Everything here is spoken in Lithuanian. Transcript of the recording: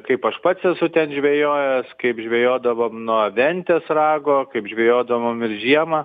kaip aš pats esu ten žvejojęs kaip žvejodavom nuo ventės rago kaip žvejodavom ir žiemą